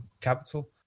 capital